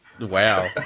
Wow